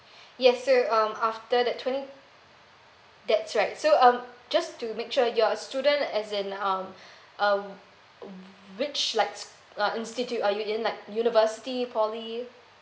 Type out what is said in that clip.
yes so um after that twenty that's right so um just to make sure you're a student as in um uh which likes uh institute are you in like university poly